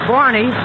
Barney